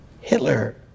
Hitler